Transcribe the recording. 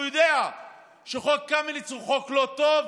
הוא יודע שחוק קמיניץ הוא חוק לא טוב,